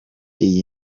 iyi